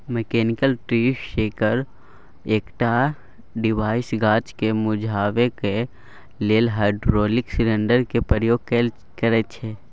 mechanical tree shaker एकटा device गाछ केँ मुरझेबाक लेल हाइड्रोलिक सिलेंडर केर प्रयोग करय छै